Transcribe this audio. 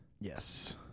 Yes